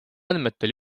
andmetel